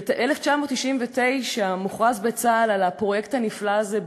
ב-1999 מוכרז בצה"ל על הפרויקט הנפלא הזה,